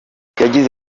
yagize